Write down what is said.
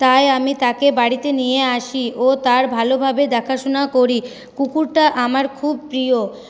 তাই আমি তাকে বাড়িতে নিয়ে আসি ও তার ভালোভাবে দেখাশোনা করি কুকুরটা আমার খুব প্রিয়